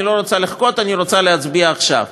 אני לא רוצה לחכות, אני רוצה להצביע עכשיו.